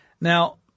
Now